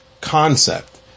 concept